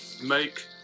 make